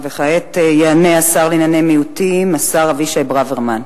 כעת יענה השר לענייני מיעוטים, השר אבישי ברוורמן.